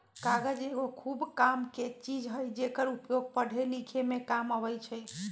कागज एगो खूब कामके चीज हइ जेकर उपयोग पढ़े लिखे में काम अबइ छइ